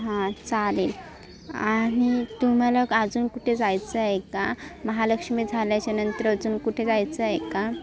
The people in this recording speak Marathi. हां चालेल आणि तुम्हाला अजून कुठे जायचं आहे का महालक्ष्मी झाल्याच्या नंतर अजून कुठे जायचं आहे का